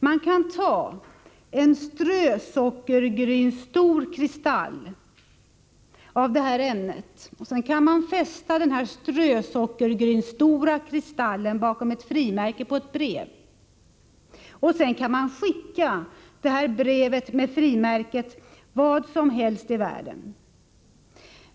Man kan ta en strösockergrynsstor kristall av detta ämne och fästa bakom ett frimärke på ett brev och sedan skicka brevet med frimärket vart som helst i världen.